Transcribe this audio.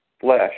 flesh